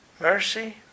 Mercy